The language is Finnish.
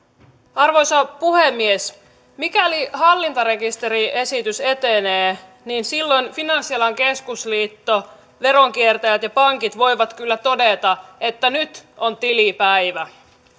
arvoisa puhemies mikäli hallintarekisteriesitys etenee niin silloin finanssialan keskusliitto veronkiertäjät ja pankit voivat kyllä todeta että nyt on tilipäivä